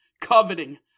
coveting